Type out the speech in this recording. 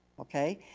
okay?